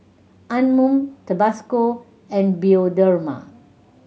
Anmum Tabasco and Bioderma